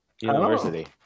university